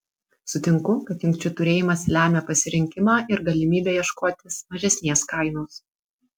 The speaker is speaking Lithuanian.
sutinku kad jungčių turėjimas lemia pasirinkimą ir galimybę ieškotis mažesnės kainos